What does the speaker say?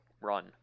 run